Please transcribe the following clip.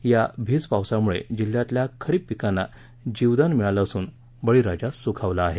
या भीज पावसामुळे जिल्ह्यातल्या खरीप पीकांना जीवनदान मिळाले असून बळीराजा सुखावला आहे